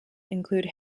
include